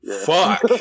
Fuck